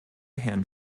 herrn